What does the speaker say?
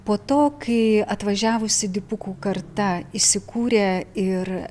po to kai atvažiavusi dipukų karta įsikūrė ir